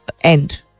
end